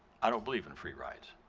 i don't believe in free rides.